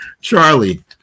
Charlie